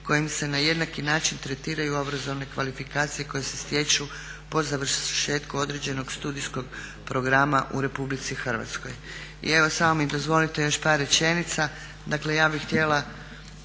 kojim se na jednaki način tretiraju obrazovne kvalifikacije koje se stječu po završetku određenog studijskog programa u RH. I evo samo mi dozvolite još par rečenica, dakle ja bih htjela